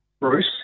Bruce